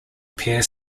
pair